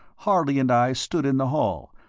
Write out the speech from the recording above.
harley and i stood in the hall,